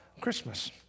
Christmas